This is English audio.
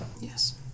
Yes